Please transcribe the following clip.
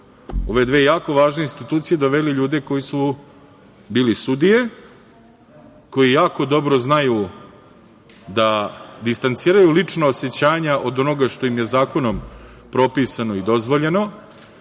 ove dve jako važne institucije doveli ljude koji su bili sudije, koji jako dobro znaju da distanciraju lična osećanja od onoga što im je zakonom propisano i dozvoljeno.